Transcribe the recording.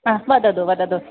हा वदतु वदतु